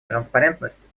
транспарентность